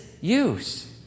use